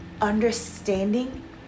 understanding